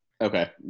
Okay